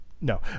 No